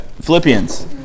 Philippians